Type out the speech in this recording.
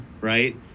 right